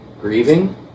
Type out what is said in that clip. grieving